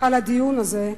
על הדיון הזה,